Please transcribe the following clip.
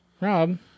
Rob